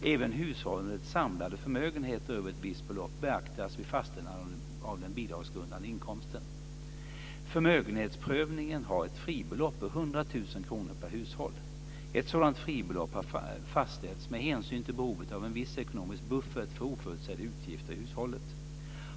Även hushållets samlade förmögenhet över ett visst belopp beaktas vid fastställande av den bidragsgrundande inkomsten . Förmögenhetsprövningen har ett fribelopp på 100 000 kr per hushåll. Ett sådant fribelopp har fastställts med hänsyn till behovet av en viss ekonomisk buffert för oförutsedda utgifter i hushållet.